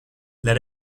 let